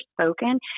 spoken